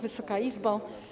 Wysoka Izbo!